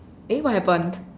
eh what happened